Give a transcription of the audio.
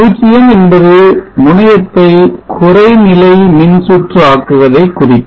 0 என்பது முனையத்தை குறைநிலை மின்சுற்று ஆக்குவதை குறிக்கும்